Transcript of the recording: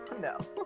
no